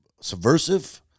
subversive